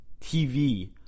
TV